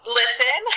listen